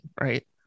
right